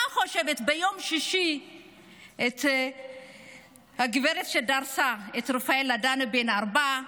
מה חשבה ביום שישי הגברת שדרסה את רפאל אדנה בן הארבע?